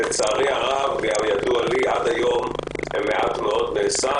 לצערי הרב, ככל הידוע לי, עד היום מעט מאוד נעשה.